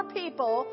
people